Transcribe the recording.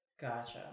Gotcha